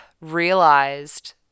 realized